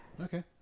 Okay